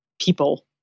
people